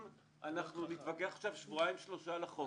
אם נתווכח שבועיים-שלושה על החוק